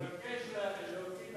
אני מבקש להוציא את